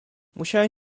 musiałem